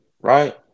right